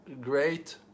great